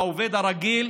העובד הרגיל,